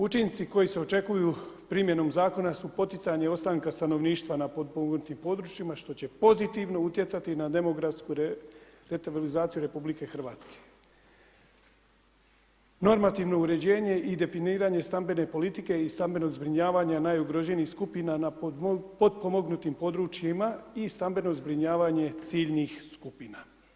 Učinci koji se očekuju primjenom zakona su poticanje ostanka stanovništva na potpomognutim područjima što će pozitivno utjecati na demografsku ... RH, normativno uređenje i definiranje stambene politike i stambenog zbrinjavanja najugroženijih skupina na potpomognutim područjima i stambeno zbrinjavanje ciljnih skupina.